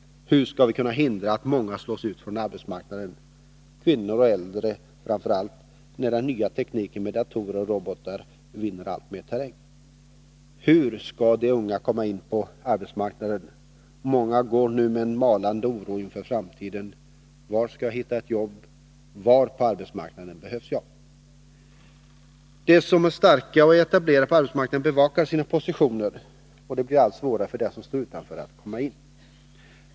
Hur skall vi kunna hindra att många — framför allt kvinnor och äldre — slås ut från arbetsmarknaden när den nya tekniken med datorer och robotar vinner alltmer terräng? Hur skall de unga kunna komma in på arbetsmarknaden? Många går nu med en malande oro inför framtiden och undrar: Var skall jag hitta ett jobb? De som är starka och är etablerade på arbetsmarknaden bevakar sina positioner. Det blir allt svårare för dem som står utanför att komma in.